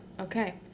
okay